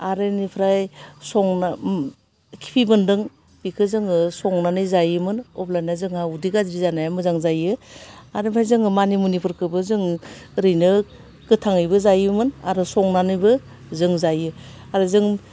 आर इनिफ्राय संना ओम खिफि बेन्दों बेखो जोङो संनानै जायोमोन अब्लाना जोंहा उदै गाज्रि जानाया मोजां जायो आरो ओमफ्राय जोङो मानि मुनिफोरखौबो जों ओरैनो गोथाङैबो जायोमोन आरो संनानैबो जों जायो आरो जों